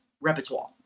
repertoire